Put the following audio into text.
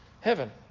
heaven